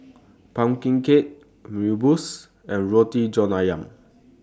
Pumpkin Cake Mee Rebus and Roti John Ayam